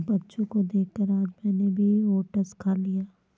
बच्चों को देखकर आज मैंने भी ओट्स खा लिया